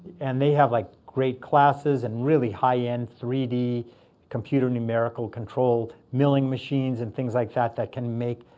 and they have like great classes and really high-end three d computer numerical-controlled milling machines and things like that that can make